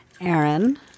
Aaron